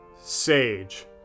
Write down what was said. sage